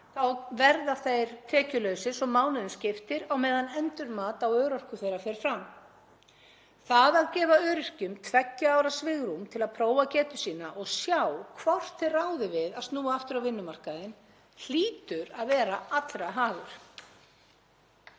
þá verða þeir tekjulausir svo mánuðum skiptir á meðan endurmat á örorku þeirra fer fram. Það að gefa öryrkjum tveggja ára svigrúm til að prófa getu sína og sjá hvort þeir ráði við að snúa aftur á vinnumarkaðinn hlýtur að vera allra hagur.